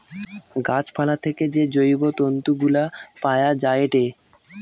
গাছ পালা থেকে যে জৈব তন্তু গুলা পায়া যায়েটে